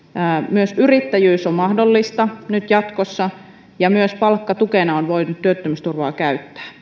myös yrittäjyys on mahdollista nyt jatkossa ja myös palkkatukena on voinut työttömyysturvaa käyttää